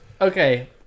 okay